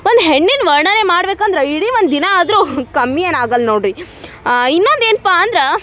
ಒಂದು ಹೆಣ್ಣಿನ ವರ್ಣನೆ ಮಾಡ್ಬೇಕಂದ್ರೆ ಇಡೀ ಒಂದು ದಿನ ಆದರೂ ಕಮ್ಮಿ ಏನೂ ಆಗಲ್ಲ ನೋಡಿರಿ ಇನ್ನೊಂದು ಏನಪ್ಪ ಅಂದ್ರೆ